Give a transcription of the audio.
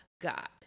God